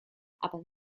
upon